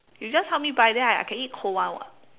you just help me buy then I I can eat cold [one] [what]